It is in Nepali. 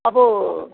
अब